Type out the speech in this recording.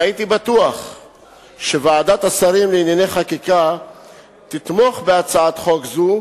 והייתי בטוח שוועדת השרים לענייני חקיקה תתמוך בהצעת החוק הזאת,